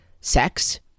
sex